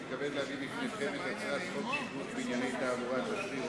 אני מתכבד להביא בפניכם את הצעת חוק שיפוט בענייני תעבורה (תשריר,